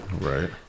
Right